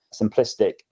simplistic